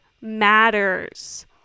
matters